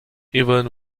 even